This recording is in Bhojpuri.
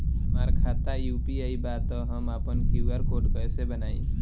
हमार खाता यू.पी.आई बा त हम आपन क्यू.आर कोड कैसे बनाई?